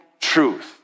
truth